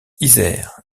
isère